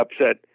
upset